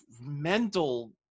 mental